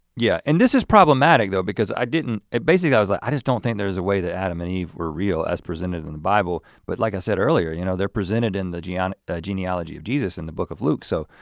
yeah and this is problematic though because i didn't, basically i was like i just don't think there's a way that adam and eve were real as presented in the bible. but like i said earlier, you know they're presented in the genealogy ah genealogy of jesus in the book of luke so